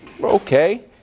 okay